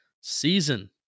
season